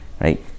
Right